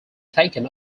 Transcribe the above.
taken